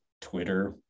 twitter